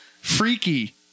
Freaky